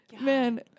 Man